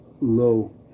low